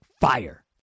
FIRE